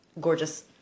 gorgeous